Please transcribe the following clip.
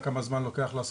כשהמדינה קבעה את התוואי,